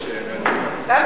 אדוני היושב-ראש,